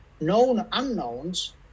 known-unknowns